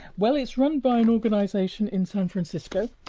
well it's run by an organisation in san francisco